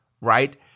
right